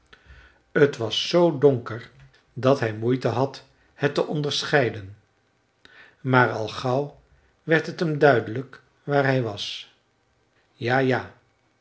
t was z donker dat hij moeite had het te onderscheiden maar al gauw werd het hem duidelijk waar hij was ja ja